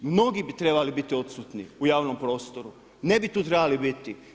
Mnogi bi trebali biti odsutni u javnom prostoru, ne bi tu trebali biti.